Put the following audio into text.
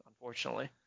unfortunately